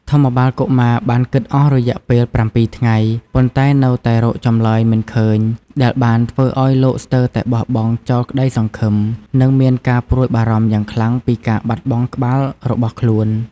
ធម្មបាលកុមារបានគិតអស់រយៈពេលប្រាំពីរថ្ងៃ ប៉ុន្តែនៅតែរកចម្លើយមិនឃើញ ដែលបានធ្វើឲ្យលោកស្ទើរតែបោះបង់ចោលក្តីសង្ឃឹម និងមានការព្រួយបារម្ភយ៉ាងខ្លាំងពីការបាត់បង់ក្បាលរបស់ខ្លួន។